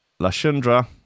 Lashundra